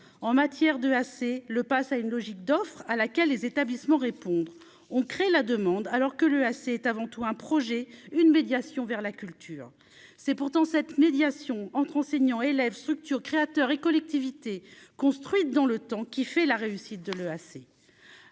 en matière de assez le passe à une logique d'offre à laquelle les établissements répondre on crée la demande, alors que le assez est avant tout un projet, une médiation vers la culture, c'est pourtant cette médiation entre enseignants, élèves, structure créateur et collectivités construite dans le temps qui fait la réussite de l'EAC,